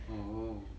oh